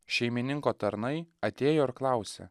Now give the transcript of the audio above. šeimininko tarnai atėjo ir klausia